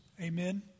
amen